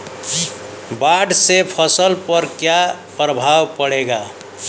बाढ़ से फसल पर क्या प्रभाव पड़ेला?